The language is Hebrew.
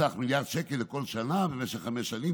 בסך מיליארד שקל לכל שנה במשך חמש שנים,